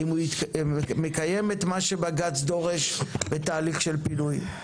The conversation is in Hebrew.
האם הוא מקיים את מה שבג"צ דורש בתהליך של פינוי?